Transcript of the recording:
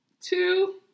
two